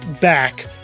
back